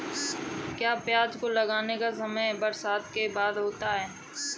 क्या प्याज को लगाने का समय बरसात के बाद होता है?